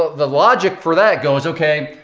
the logic for that goes, okay,